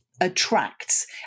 attracts